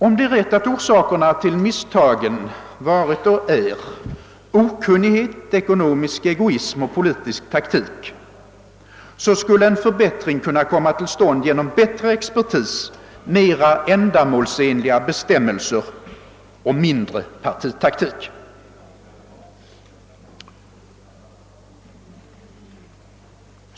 Om det är rätt att orsakerna till misstagen varit och är okunnighet, ekonomisk egoism och politisk taktik, så skulle en förbättring kunna komma till stånd genom bättre expertis, mera ändamålsenliga bestämmelser och mindre partitaktik.